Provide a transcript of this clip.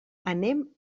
anem